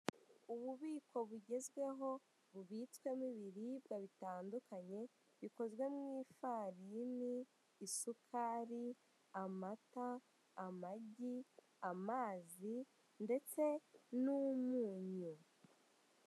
Ububiko bugezweho bubitswemo ibiribwa bitandukanye bikozwe mu ifarini, isukari, amata, amagi, amazi ndetse n'umunyu.